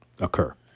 occur